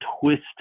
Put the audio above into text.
twist